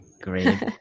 great